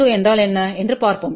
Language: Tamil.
S22என்றால் என்ன என்று பார்ப்போம்